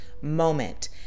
moment